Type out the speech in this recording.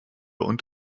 und